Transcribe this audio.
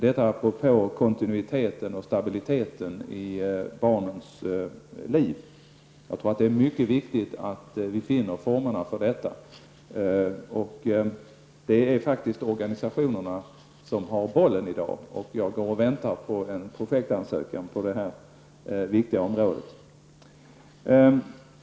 Detta görs apropå kontinuiteten och stabiliteten i barns liv. Det är mycket viktigt att vi finner former för detta. Organisationerna har faktiskt bollen i dag. Jag går och väntar på en projektansökan på detta viktiga område.